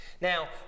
Now